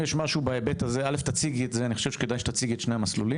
כדאי שתציגי את שני המסלולים.